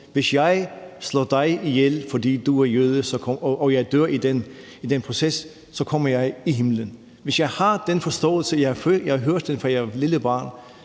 hvis jeg slår dig ihjel, fordi du er jøde, og jeg dør i den proces, kommer jeg i himlen, og har hørt den, fra jeg var lille barn,